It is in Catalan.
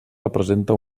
representa